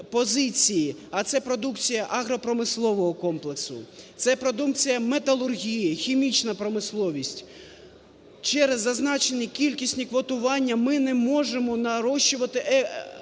а це продукція агропромислового комплексу, це продукція металургії, хімічна промисловість, через зазначені кількісні квотування ми не можемо нарощувати обсяг